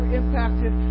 impacted